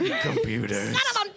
Computers